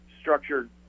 structured